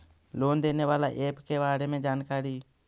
Loan देने बाला app के बारे मे जानकारी?